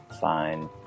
fine